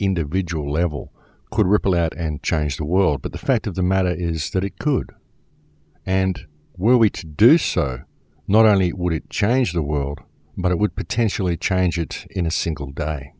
individual level could ripple out and charged the world but the fact of the matter is that it could and were we to do so not only would it change the world but it would potentially change it in a single guy